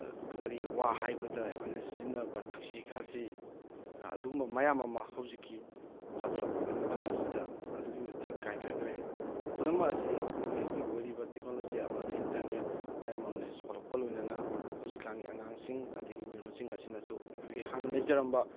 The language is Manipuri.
ꯀꯔꯤ ꯋꯥ ꯍꯥꯏꯕꯗ ꯑꯩꯈꯣꯏꯅ ꯁꯤꯖꯤꯟꯅꯕ ꯊꯛꯁꯤ ꯈꯥꯁꯤ ꯑꯗꯨꯒꯨꯝꯕ ꯃꯌꯥꯝ ꯑꯝꯃ ꯍꯧꯖꯤꯛꯀꯤ ꯆꯥꯎꯈꯠꯂꯛꯄꯒꯤ ꯃꯇꯝ ꯑꯁꯤꯗ ꯑꯗꯨꯛꯀꯤ ꯃꯇꯤꯛ ꯀꯥꯏꯊꯈ꯭ꯔꯦ ꯄꯨꯝꯅꯃꯛ ꯑꯁꯤ ꯑꯩꯈꯣꯏꯒꯤ ꯍꯧꯖꯤꯛ ꯑꯣꯏꯔꯤꯕ ꯇꯦꯛꯀꯅꯣꯂꯣꯖꯤ ꯑꯃꯗꯤ ꯏꯟꯇꯔꯅꯦꯠ ꯃꯌꯥꯝ ꯑꯁꯤ ꯆꯥꯎꯈꯠꯂꯛꯄꯒ ꯂꯣꯏꯅꯅ ꯍꯧꯖꯤꯛꯀꯥꯟꯒꯤ ꯑꯉꯥꯡꯁꯤꯡ ꯑꯗꯨꯗꯒꯤ ꯃꯤꯔꯣꯜꯁꯤꯡ ꯑꯁꯤꯅꯁꯨ ꯑꯩꯈꯣꯏꯒꯤ ꯍꯥꯟꯅ ꯂꯩꯖꯔꯝꯕ